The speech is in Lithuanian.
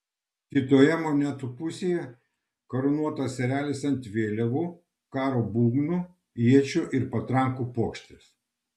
kitoje monetų pusėje karūnuotas erelis ant vėliavų karo būgnų iečių ir patrankų puokštės